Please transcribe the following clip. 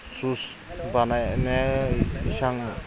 juice बानायनाय एसां